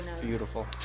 Beautiful